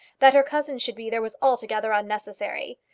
that her cousin should be there was altogether unnecessary.